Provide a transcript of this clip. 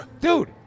dude